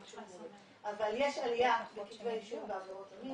יש עלייה בכתבי אישום בעבירות המין